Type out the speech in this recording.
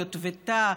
יוטבתה,